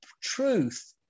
truth